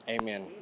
Amen